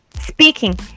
speaking